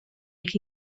chi